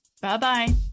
Bye-bye